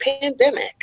pandemic